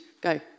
Go